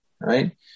right